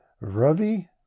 Ravi